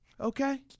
Okay